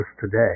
today